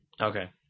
Okay